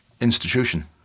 institution